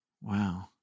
Wow